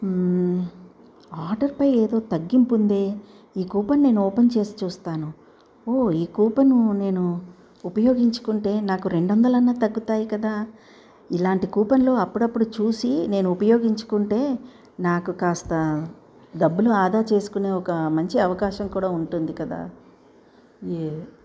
ఆర్డర్పై ఏదో తగ్గింపుందే ఈ కూపన్ నేను ఓపెన్ చేసి చూస్తాను ఓ ఈ కూపను నేను ఉపయోగించుకుంటే నాకు రెండొందలన్న తగ్గుతాయి కదా ఇలాంటి కూపన్లు అప్పుడప్పుడు చూసి నేను ఉపయోగించుకుంటే నాకు కాస్త డబ్బులు ఆదా చేసుకునే ఒక మంచి అవకాశం కూడా ఉంటుంది కదా